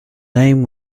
name